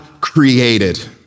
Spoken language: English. created